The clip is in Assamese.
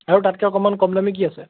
আৰু তাতকে অকণমান কম দামী কি আছে